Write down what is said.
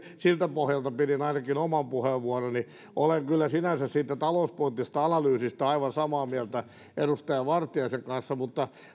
siltä pohjalta pidin ainakin oman puheenvuoroni olen kyllä sinänsä siitä talouspoliittisesta analyysistä aivan samaa mieltä edustaja vartiaisen kanssa mutta